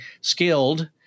skilled